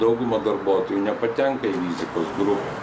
dauguma darbuotojų nepatenka į rizikos grupę